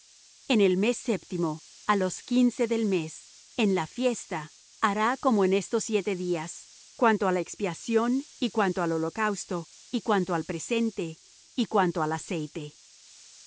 en el mes séptimo á los quince del mes en la fiesta hará como en estos siete días cuanto á la expiación y cuanto al holocausto y cuanto al presente y cuanto al aceite asi